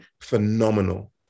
phenomenal